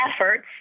efforts